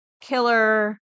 killer